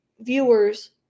viewers